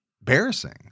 embarrassing